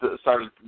started